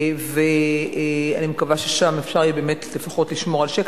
אפשר יהיה לפחות לשמור על שקט.